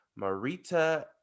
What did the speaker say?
Marita